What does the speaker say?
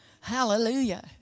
Hallelujah